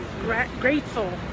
grateful